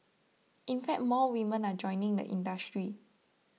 in fact more women are joining the industry